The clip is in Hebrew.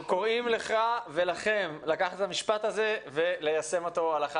אנחנו קוראים לך ולכם לקחת את המשפט וליישם אותו הלכה